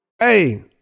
Hey